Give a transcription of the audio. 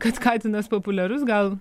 kad katinas populiarus gal